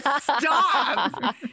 Stop